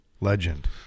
Legend